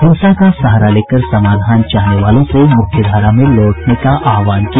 हिंसा का सहारा लेकर समाधान चाहने वालों से मुख्यधारा में लौटने का आह्वान किया